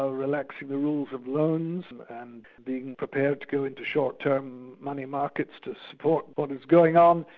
ah relaxing the rules of loans and being prepared to go into short-term money markets to support what is going on,